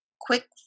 quick